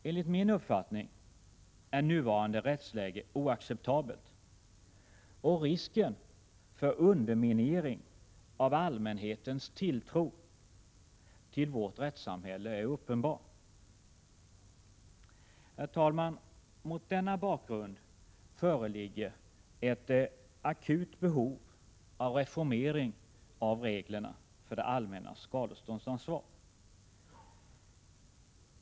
Enligt min uppfattning är nuvarande rättsläge oacceptabelt, och risken för underminering av allmänhetens tilltro till vårt rättssamhälle är uppenbar. Herr talman! Mot denna bakgrund föreligger ett akut behov av reformering av reglerna för det allmännas skadeståndsansvar.